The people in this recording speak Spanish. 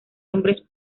hombres